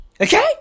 Okay